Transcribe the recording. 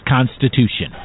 Constitution